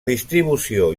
distribució